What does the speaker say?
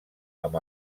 amb